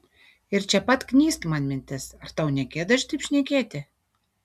ir čia pat knyst man mintis ar tau negėda šitaip šnekėti